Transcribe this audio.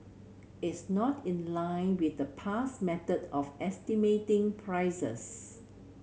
it's not in line with the past method of estimating prices